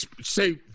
say